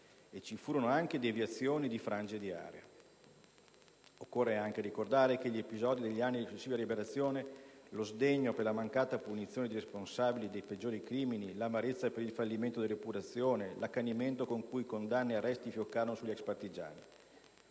ci furono anche deviazioni di frange di area. Occorre anche ricordare gli episodi degli anni successivi alla liberazione, lo sdegno per la mancata punizione di responsabili dei peggiori crimini, l'amarezza per il fallimento dell'epurazione, l'accanimento con cui condanne e arresti fioccarono sugli ex partigiani.